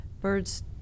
Birds